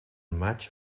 maig